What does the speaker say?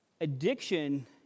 addiction